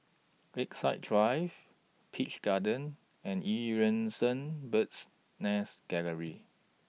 Lakeside Drive Peach Garden and EU Yan Sang Bird's Nest Gallery